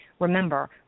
Remember